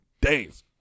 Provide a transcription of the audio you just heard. days